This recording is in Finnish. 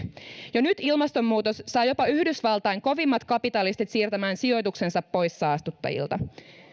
jo nyt ilmastonmuutos saa jopa yhdysvaltain kovimmat kapitalistit siirtämään sijoituksensa pois saastuttajilta